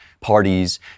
parties